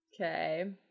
okay